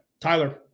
Tyler